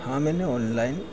हाँ मैंने ओनलाइन